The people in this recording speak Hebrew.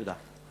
תודה.